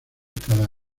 cada